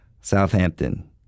Southampton